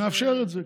מאפשר את זה,